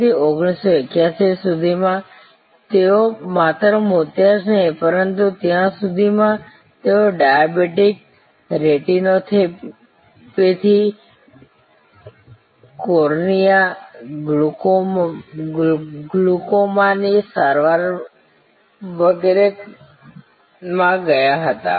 તેથી 1981 સુધીમાં તેઓએ માત્ર મોતિયા જ નહીં પરંતુ ત્યાં સુધીમાં તેઓ ડાયાબિટીસ રેટિનોપેથી કોર્નિયા ગ્લુકોમાની સારવાર વગેરેમાં ગયા હતા